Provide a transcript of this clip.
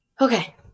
Okay